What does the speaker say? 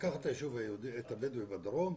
לקחת את היישוב הבדואי בדרום,